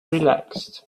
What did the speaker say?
relaxed